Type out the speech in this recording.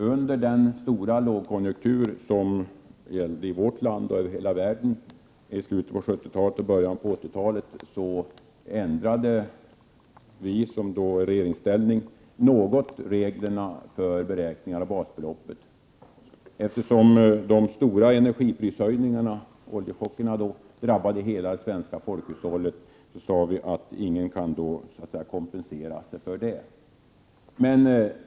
Under den stora lågkonjunktur som rådde i vårt land och över hela världen i slutet av 70-talet och i början av 80-talet ändrade vi som då var i regeringsställning reglerna för beräkning av basbeloppet. Eftersom de stora energiprishöjningarna på grund av oljechocken då drabbade hela det svenska folkhushållet, sade vi att ingen kunde kompensera sig för dem.